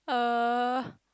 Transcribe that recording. uh